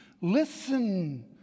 Listen